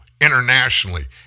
internationally